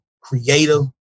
creative